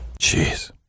Jeez